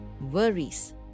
Worries